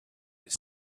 his